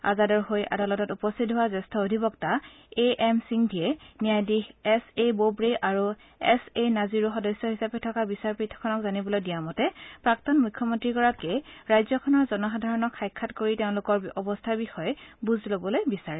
আজাদৰ হৈ আদালতত উপস্থিত হোৱা জ্যেষ্ঠ অধিবক্তা এ এম সিংভীয়ে ন্যায়াধীশ এছ এ বোবড়ে আৰু এছ এ নাজিৰো সদস্য হিচাপে থকা বিচাৰপীঠখনক জানিবলৈ দিয়া মতে প্ৰাক্তন মুখ্যমন্ত্ৰীগৰাকীয়ে ৰাজ্যখনৰ জনসাধাৰণক সাক্ষাৎ কৰি তেওঁলোকৰ অৱস্থাৰ বিষয়ে বুজ লবলৈ বিচাৰে